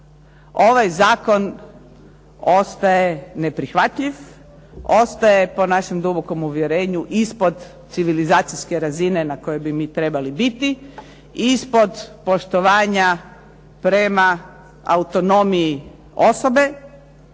ovaj zakon ostaje neprihvatljiv, ostaje po našem dubokom uvjerenju ispod civilizacijske razine ne kojoj bi mi trebali biti i ispod poštovanja prema autonomiji osobe.